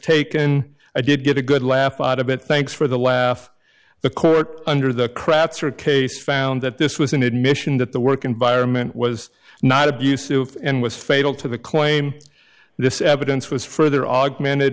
taken i did get a good laugh out of it thanks for the laugh the court under the crap sort of case found that this was an admission that the work environment was not abusive and was fatal to the claim this evidence was further augmented